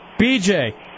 BJ